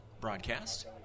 broadcast